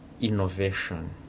innovation